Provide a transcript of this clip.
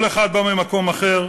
כל אחד בא ממקום אחר,